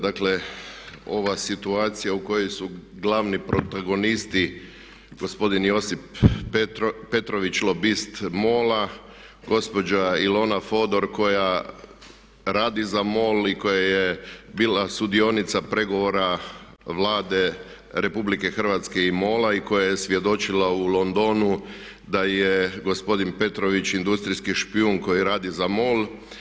Dakle, ova situacija u kojoj su glavni protagonisti gospodin Josip Petrović lobist MOL-a, gospođa Ilona Fodor koja radi za MOL i koja je bila sudionica pregovora Vlade Republike Hrvatske i MOL-a i koja je svjedočila u Londonu da je gospodin Petrović industrijski špijun koji radi za MOL.